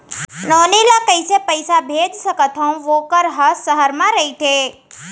नोनी ल कइसे पइसा भेज सकथव वोकर ह सहर म रइथे?